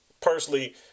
Personally